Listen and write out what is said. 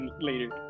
later